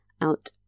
out